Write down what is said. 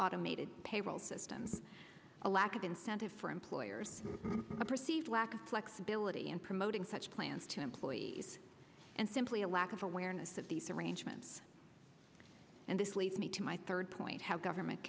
automated payroll system a lack of incentive for employers a perceived lack of flexibility and promoting such plans to employees and simply a lack of awareness of these arrangements and this leads me to my third point how government